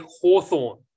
Hawthorne